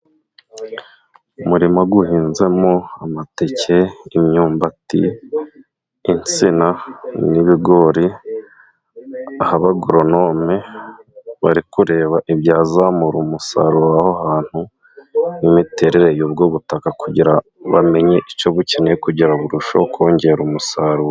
Umurimo guhinzamo amateke, imyumbati, insina ,n'ibigori ,aho abagoronome bari kureba ibyazamura umusaruro aho hantu, n'imiterere y'ubwo butaka kugira bamenye icyo bukeneye kugira burusheho kongera umusaruro.